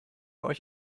euch